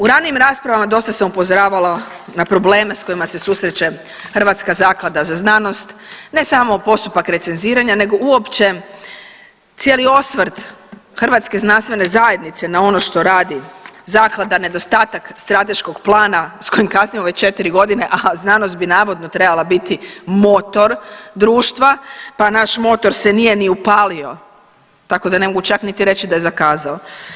U ranijim raspravama dosta sam upozoravala na probleme s kojima se susreće Hrvatska zaklada za znanost, ne samo postupak recenziranja nego uopće cijeli osvrt hrvatske znanstvene zajednice na ono što radi Zaklada, a nedostatak strateškog plana s kojim kasnimo već 4 godine, a znanost bi navodno trebala biti motor društva pa naš motor se nije ni upalio, tako da ne mogu čak niti reći da je zakazao.